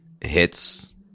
hits